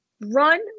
run